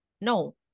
no